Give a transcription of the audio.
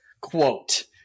Quote